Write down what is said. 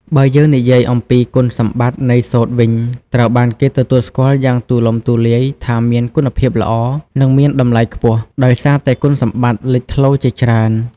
បើយើងនិយាយអំពី គុណសម្បត្តិនៃសូត្រវិញត្រូវបានគេទទួលស្គាល់យ៉ាងទូលំទូលាយថាមានគុណភាពល្អ និងមានតម្លៃខ្ពស់ ដោយសារតែគុណសម្បត្តិលេចធ្លោជាច្រើន។